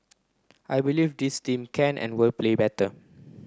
I believe this team can and will play better